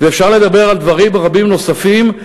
ואפשר לדבר על דברים רבים נוספים.